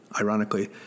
ironically